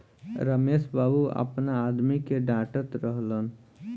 रमेश बाबू आपना आदमी के डाटऽत रहलन